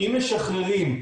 אם משחררים,